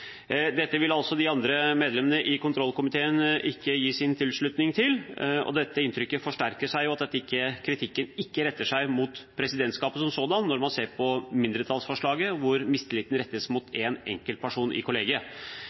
Dette vil de andre medlemmene i kontrollkomiteen ikke gi sin tilslutning til. Det forsterker inntrykket av at kritikken ikke retter seg mot presidentskapet som sådant når man ser på mindretallsforslaget, hvor mistilliten rettes mot én enkelt person i